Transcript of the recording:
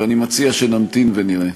ואני מציע שנמתין ונראה.